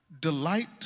delight